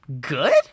good